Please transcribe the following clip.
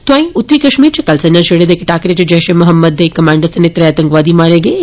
तोंआई उत्तरी कश्मीर च कल संजा छिड़े दे इक टाकरे च जैश ए मोहम्मद दे इक कमांडर सने त्रै आतंकवादी मारे गेन